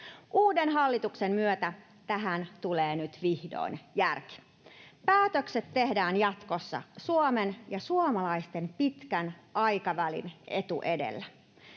Uuden hallituksen myötä tähän tulee nyt vihdoin järki. Päätökset tehdään jatkossa Suomen ja suomalaisten pitkän aikavälin etu edellä.